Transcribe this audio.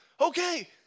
okay